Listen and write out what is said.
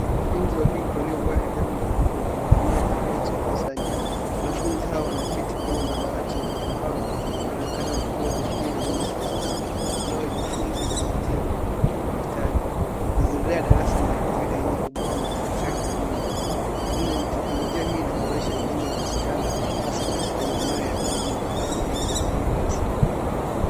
Wanafunzi wa kike waliovaa hijabu wakitumia tablet darasani. Wanafunzi hawa wanaketi kwenye madawati ya mbao na wanonekana wakiwa makini na wenye furaha wanaojifunza kwa njia ya kidijitali. Mazingira ya darasa ni ya kawaida yenye ubao ya chaki nyuma. Teknolojia hii inaboresha elimu ya wasichana hasa katika maeneo ya vijiji au yenye changamoto ya rasilimali.